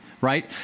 right